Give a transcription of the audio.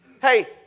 Hey